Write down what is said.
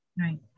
Right